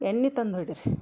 ಎಣ್ಣೆ ತಂದು ಹೊಡೀರಿ